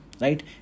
Right